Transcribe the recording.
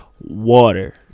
water